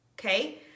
okay